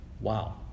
Wow